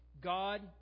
God